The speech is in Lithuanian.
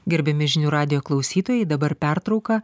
gerbiami žinių radijo klausytojai dabar pertrauka